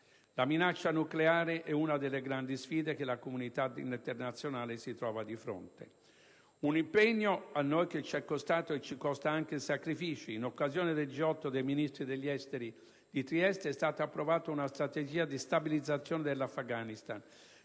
La minaccia nucleare è una delle grandi sfide cui la comunità internazionale si trova di fronte. È un impegno che ci è costato e ci costa anche sacrifici. In occasione del G8 dei Ministri degli esteri di Trieste è stata approvata una strategia di stabilizzazione dell'Afghanistan.